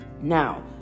Now